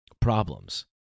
problems